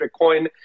Bitcoin